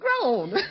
grown